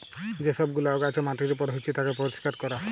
যে সব গুলা আগাছা মাটির উপর হচ্যে তাকে পরিষ্কার ক্যরা